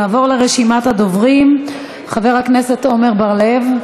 נעבור לרשימת הדוברים: חבר הכנסת עמר בר-לב,